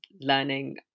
learning